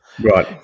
Right